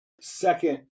second